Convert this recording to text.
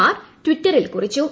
R ടിറ്ററിൽ കുറിച്ചു